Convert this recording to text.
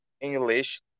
English